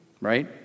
right